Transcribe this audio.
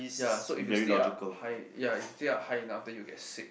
ya so if you stay up high if you stay up high enough then you get sick